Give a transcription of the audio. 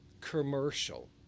commercial